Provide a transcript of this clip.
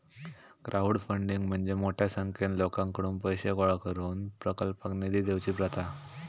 crowdfunding म्हणजे मोठ्या संख्येन लोकांकडुन पैशे गोळा करून प्रकल्पाक निधी देवची प्रथा